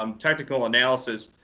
um technical analysis,